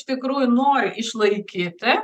iš tikrųjų nori išlaikyti